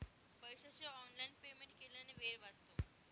पैशाचे online payment केल्याने वेळ वाचतो